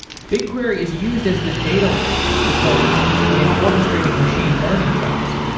bigquery is used as the data lake to pull from when orchestrating machine learning jobs.